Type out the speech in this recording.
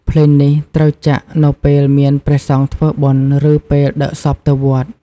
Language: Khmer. ភ្លេងនេះត្រូវចាក់នៅពេលមានព្រះសង្ឃធ្វើបុណ្យ ឬពេលដឹកសពទៅវត្ត។